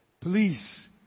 Please